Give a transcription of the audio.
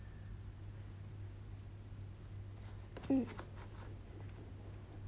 hmm